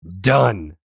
done